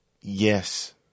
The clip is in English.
Yes